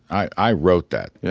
i wrote that. yeah